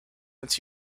its